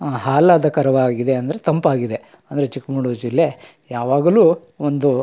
ಆಹ್ಲಾದಕರವಾಗಿದೆ ಅಂದರೆ ತಂಪಾಗಿದೆ ಅಂದರೆ ಚಿಕ್ಕಮಗ್ಳೂರು ಜಿಲ್ಲೆ ಯಾವಾಗಲು ಒಂದು